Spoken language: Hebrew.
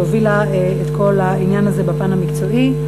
שהובילה את כל העניין הזה בפן המקצועי.